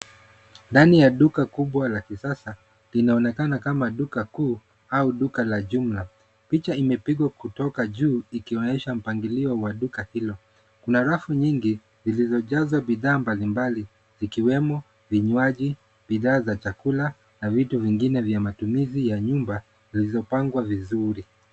Ndani ya duka kubwa la kisasa linaonekana kama duka kuu au duka la jumla. Picha imepigwa kutoka juu ikionyesha mpangilio wa duka hilo. Kuna rafu nyingi zilizojazwa bidhaa mbali mbali zikiwemo vinywaji, bidhaa za chakula na vitu vingine vya matumizi ya nyumba zilizo pangwa vizuri.